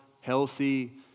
healthy